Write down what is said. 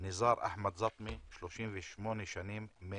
ניזאר אחמד זטמה, בן 38 מנצרת,